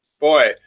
boy –